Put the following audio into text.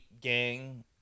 gang